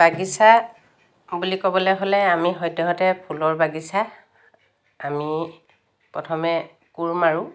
বাগিচাত বুলি ক'বলৈ হ'লে আমি সদ্যহতে ফুলৰ বাগিচা আমি প্ৰথমে কোৰ মাৰোঁ